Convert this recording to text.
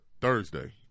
Thursday